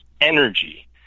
energy